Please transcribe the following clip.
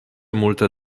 multe